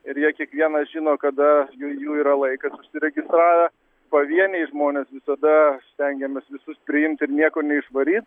ir jei kiekvienas žino kada jų jų yra laikas užsiregistravę pavieniai žmonės visada stengiamės visus priimti ir nieko neišvaryt